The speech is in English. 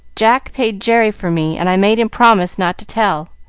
jack paid jerry for me and i made him promise not to tell.